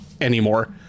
anymore